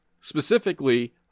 Specifically